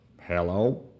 Hello